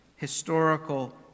historical